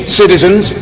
citizens